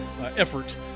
effort